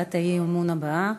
להצעת האי-אמון הבאה: